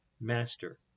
master